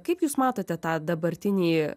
kaip jūs matote tą dabartinį